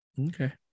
Okay